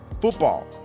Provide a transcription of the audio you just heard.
Football